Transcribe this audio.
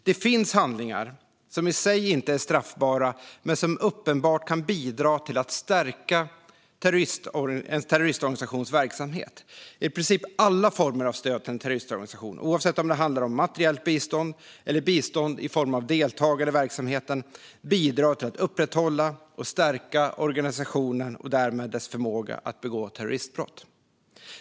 Det finns handlingar som i sig inte är straffbara men som uppenbart kan bidra till att stärka en terroristorganisations verksamhet. I princip alla former av stöd till en terroristorganisation - oavsett om det handlar om materiellt bistånd eller bistånd i form av deltagande i verksamheten - bidrar till att upprätthålla och stärka organisationen och därmed dess förmåga att begå terroristbrott.